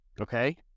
Okay